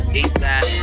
Eastside